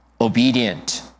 obedient